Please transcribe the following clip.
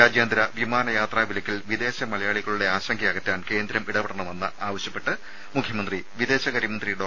രാജ്യാന്തര വിമാനയാത്രാ വിലക്കിൽ വിദേശ മലയാളികളുടെ ആശങ്കയകറ്റാൻ കേന്ദ്രം ഇടപെടണമെന്ന് ആവശ്യപ്പെട്ട് മുഖ്യമന്ത്രി വിദേശകാര്യമന്ത്രി ഡോ